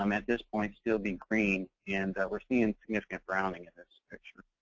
um at this point, still be green. and we're seeing significant browning in this picture.